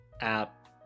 app